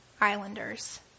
islanders